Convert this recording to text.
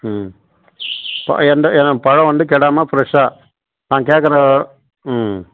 ப எந்த ஏங்க பழம் வந்து கெடாமல் ஃப்ரெஷ்ஷாக நான் கேட்குற ம்